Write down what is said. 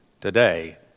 Today